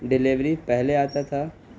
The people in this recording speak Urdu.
ڈیلیوری پہلے آتا تھا